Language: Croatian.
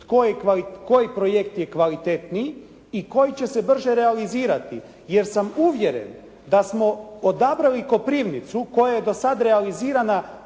koji projekt je kvalitetniji i koji će se brže realizirati, jer sam uvjeren da smo odabrali Koprivnicu koja je do sad realizirana